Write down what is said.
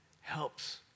helps